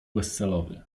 bezcelowy